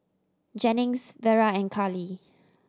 Jennings Vera and Carly